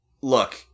Look